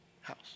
house